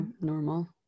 Normal